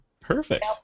Perfect